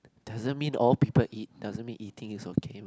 doesn't mean all people eat doesn't mean eating is okay man